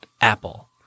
apple